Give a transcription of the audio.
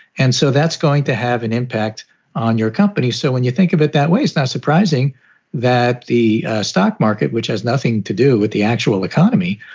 and so that's going to have an impact on your companies. so when you think of it that way, it's not surprising that the stock market, which has nothing to do with the actual economy,